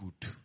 good